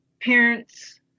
parents